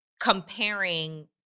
comparing